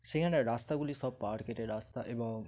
সেখানে রাস্তাগুলি সব পাহাড় কেটে রাস্তা এবং